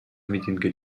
митингге